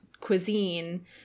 cuisine